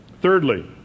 Thirdly